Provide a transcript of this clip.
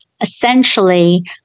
essentially